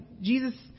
Jesus